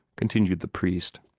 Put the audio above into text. continued the priest.